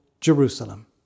Jerusalem